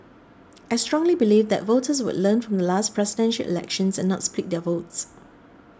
I strongly believe that voters would learn from the last Presidential Elections and not split their votes